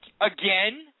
again